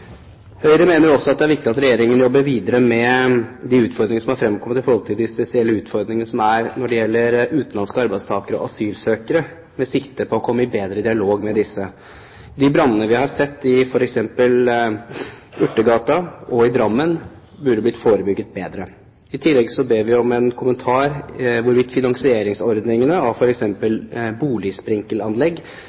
Høyre mener også at det er viktig at Regjeringen jobber videre med de utfordringene som har fremkommet med tanke på de spesielle utfordringene som man har når det gjelder utenlandske arbeidstakere og asylsøkere, med sikte på å komme i bedre dialog med disse. De brannene vi har sett i f.eks. Urtegata og i Drammen, burde blitt forebygget bedre. I tillegg ber vi om en kommentar om hvorvidt finansieringsordningene av f.eks. boligsprinkelanlegg